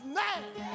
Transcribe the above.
name